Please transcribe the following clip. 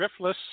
driftless